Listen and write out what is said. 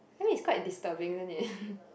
army is quite disturbing isn't it